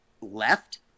left